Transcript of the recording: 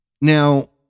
Now